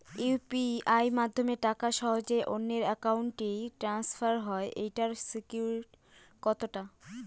UPI মাধ্যমে টাকা সহজেই অন্যের অ্যাকাউন্ট ই ট্রান্সফার হয় এইটার সিকিউর কত টা?